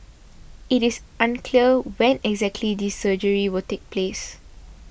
it is unclear when exactly this surgery will take place